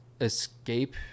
escape